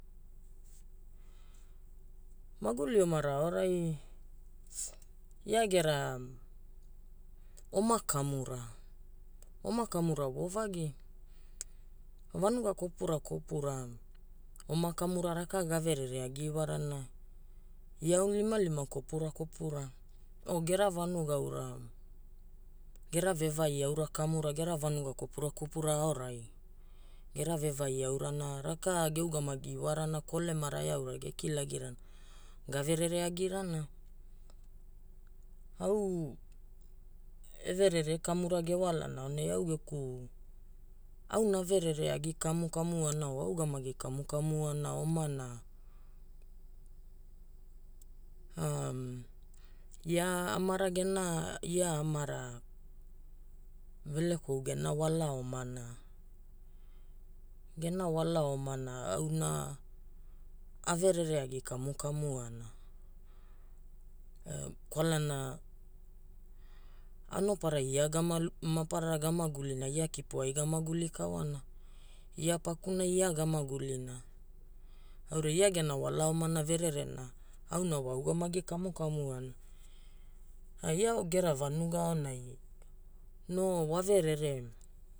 Maguli omara aorai ia gera oma kamura, oma kamura voo vagi. Vanuga kopurakopura raka ga verere agi iwarana. Ia aunilimalima kopurakopura o gera vanuga aura, gera vevai aura kamura gera vanuga kopurakopura aorai gera vevai aurana raka ge ugamagi iwarana kolemara eaura ge kilagirana ga verere agirana. Au e verere kamura ge walana aonai au geku, auna a verere agi kamu kamuana o a ugamagi kamu kamuana omana ia amara Velekou gena wala omana. Gena wala omana auna a verere agi kamu kamuana. Kwalana anoparai ia maparara ga magulina, ia kipo ai ga maguli kawwana. ia pakunai ia ga magulina. Aurai ia gena wala omana vererena auna wa a ugamagi kamu kamuana. Ia gera vanuga aonai no wa verere